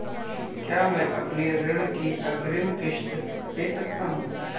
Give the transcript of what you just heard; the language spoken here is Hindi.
क्या मैं अपनी ऋण की अग्रिम किश्त दें सकता हूँ?